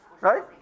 Right